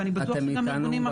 ואני בטוח שגם ארגונים אחרים.